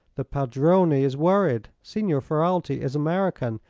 the padrone is worried. signor ferralti is american,